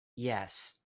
yes